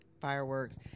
fireworks